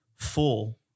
Full